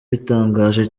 bitangaje